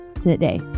today